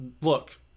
look